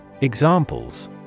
Examples